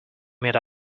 meet